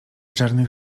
czarnych